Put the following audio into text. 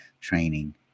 training